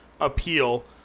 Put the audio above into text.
appeal